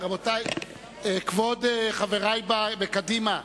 רבותי, כבוד חברי בקדימה,